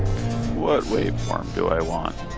what waveform do i want?